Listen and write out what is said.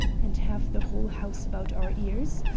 and have the whole house about our ears?